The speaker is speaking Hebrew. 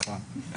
נכון.